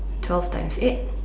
twelve times eight